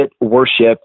worship